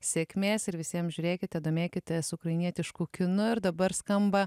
sėkmės ir visiems žiūrėkite domėkitės ukrainietišku kinu ir dabar skamba